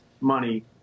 money